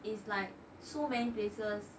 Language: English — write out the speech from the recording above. is like so many places